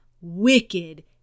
wicked